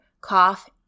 cough